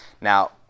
Now